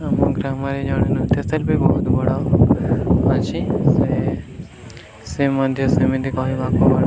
ଆମ ଗ୍ରାମରେ ଜଣେ ନୃତ୍ୟଶିଳ୍ପୀ ବହୁତ ବଡ଼ ଅଛି ସେ ସେ ମଧ୍ୟ ସେମିତି କହିବାକୁ